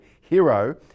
hero